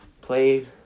played